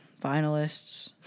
finalists